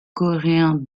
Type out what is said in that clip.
coréen